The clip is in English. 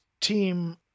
team